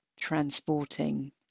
transporting